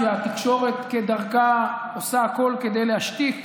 כי התקשורת כדרכה עושה הכול כדי להשתיק